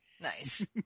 Nice